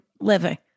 living